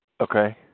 Okay